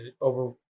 over